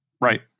Right